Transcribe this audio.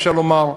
אפשר לומר,